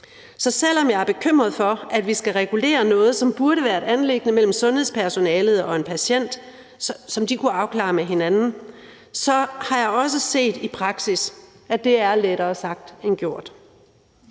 Så selv om jeg er bekymret for, at vi skal regulere noget, som burde være et anliggende mellem sundhedspersonalet og en patient, som de kunne afklare med hinanden, så har jeg også i praksis set, at det er lettere sagt end gjort.